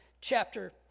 Chapter